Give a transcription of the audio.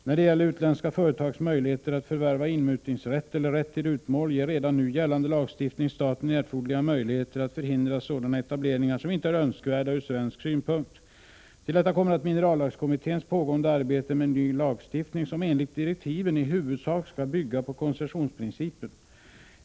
När det gäller utländska företags möjligheter att förvärva inmutningsrätt eller rätt till utmål ger redan nu gällande lagstiftning staten erforderliga möjligheter att förhindra sådana etableringar som inte är önskvärda från svensk synpunkt. Till detta kommer minerallagskommitténs pågående arbete med en ny lagstiftning, som enligt direktiven i huvudsak skall bygga på koncessionsprincipen.